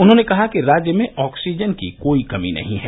उन्होंने कहा कि राज्य में ऑक्सिजन की कोई कमी नहीं है